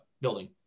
building